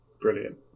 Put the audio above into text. brilliant